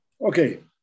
Okay